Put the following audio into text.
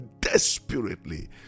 Desperately